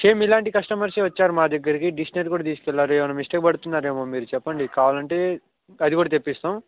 same ఇలాంటి కస్టమర్సే వచ్చారు మా దగ్గరికి డిక్షనరీ కూడా తీసుకెళ్ళారు ఏమైనా మిస్టేక్ పడుతున్నారేమో మీరు చెప్పండి కావాలంటే అది కూడా తెప్పిస్తాము